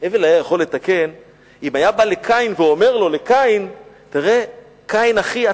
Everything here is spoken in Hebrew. אם היה בא לקין ואומר לו: קין אחי,